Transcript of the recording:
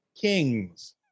Kings